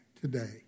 today